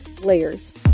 Layers